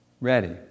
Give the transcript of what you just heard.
ready